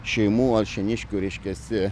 šeimų alšėniškių reiškiasi